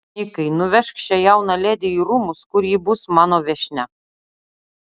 nikai nuvežk šią jauną ledi į rūmus kur ji bus mano viešnia